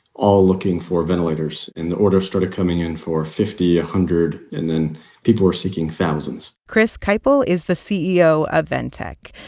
all looking for ventilators. and the orders started coming in for fifty, a hundred. and then people were seeking thousands chris kiple is the ceo of ventec.